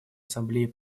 ассамблеи